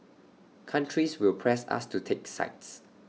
countries will press us to take sides